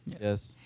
Yes